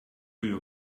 your